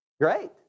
great